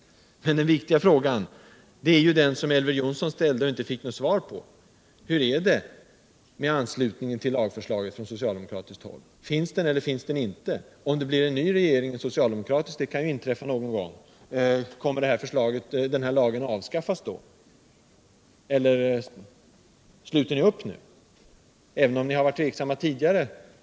Men den viktiga frågan i det här samman hanget är den som Elver Jonsson ställde, och som vi inte har fått något svar så: Hur är det med anstutningen till lagförslaget från soctialdemokratiskt håll? Finns den eller finns den inte? Om det bliren ny socialdemokratisk regering -- och det kan ju inträffa någon gäng —- kommer den här lagen att avskalfas då” Sluter ni upp bakom förslaget nu, även om ni varit tveksamma tidigare?